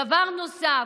דבר נוסף,